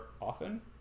often